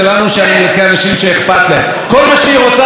עפר, קיבלתם כסף כדי לא לדבר עליה, לא